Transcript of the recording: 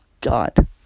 God